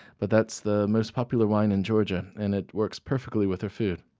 but that's the most popular wine in georgia, and it works perfectly with our food